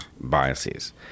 biases